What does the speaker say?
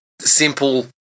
simple